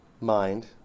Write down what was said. mind